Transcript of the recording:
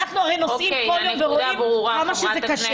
אנחנו הרי נוסעים בכל יום ורואים כמה זה קשה.